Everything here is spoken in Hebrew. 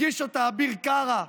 הגיש אותה אביר קארה,